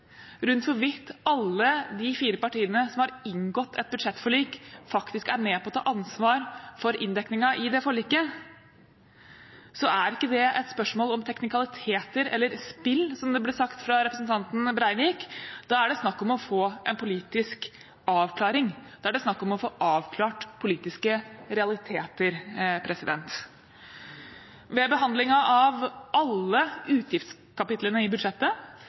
rundt hvorvidt alle de fire partiene som har inngått et budsjettforlik, faktisk er med på å ta ansvar for inndekningen i det forliket, er ikke det et spørsmål om teknikaliteter eller spill, som det ble sagt fra representanten Breivik, da er det snakk om å få en politisk avklaring. Da er det snakk om å få avklart politiske realiteter. Ved behandlingen av alle utgiftskapitlene i budsjettet